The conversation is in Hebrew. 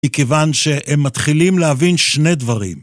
מכיוון שהם מתחילים להבין שני דברים